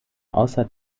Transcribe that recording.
außer